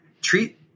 Treat